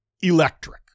Electric